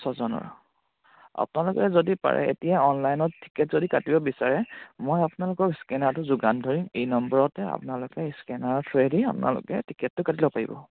ছয়জনৰ আপোনালোকে যদি পাৰে এতিয়া অনলাইনত টিকেট যদি কাটিব বিচাৰে মই আপোনালোকৰ স্কেনাৰটো যোগান ধৰিম এই নম্বৰতে আপোনালোকে স্কেনাৰৰ থোৰেদি আপোনালোকে টিকেটটো কাটিব পাৰিব